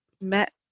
met